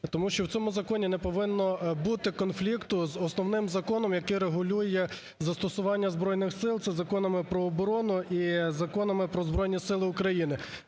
Тому що в цьому законі не повинно бути конфлікту з основним законом, який регулює застосування Збройних Сил, – це законами про оборону і законами "Про Збройні Сили України".